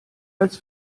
als